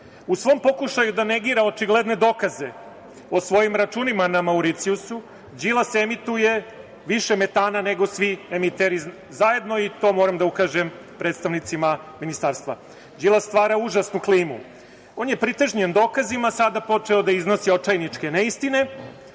svom pokušaju da negira očigledne dokaze o svojim računima na Mauricijusu, Đilas emituje više metana nego svi emiteri zajedno i na to moram da ukažem predstavnicima ministarstva. Đilas stvara užasnu klimu. On je pritegnut dokazima sada počeo da iznosi očajničke neistine,